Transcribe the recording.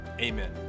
amen